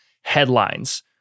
headlines